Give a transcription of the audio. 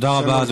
תודה רבה.